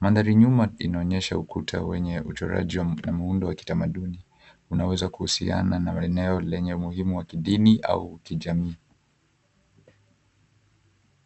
Mandhari nyuma inaonyesha ukuta wenye uchoraji wa muundo wa kitamaduni unaweza kuhusiana na eneo lenye umuhimu wa kidini au kijamii.